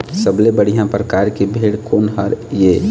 सबले बढ़िया परकार के भेड़ कोन हर ये?